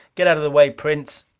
get out of the way, prince.